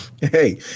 hey